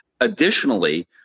Additionally